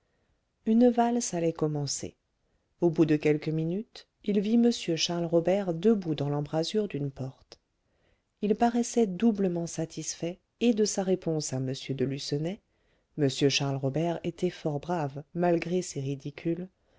une valse allait commencer au bout de quelques minutes il vit m charles robert debout dans l'embrasure d'une porte il paraissait doublement satisfait et de sa réponse à m de lucenay